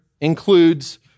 includes